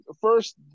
first